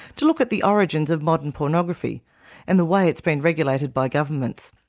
to look at the origins of modern pornography and the way it's been regulated by governments.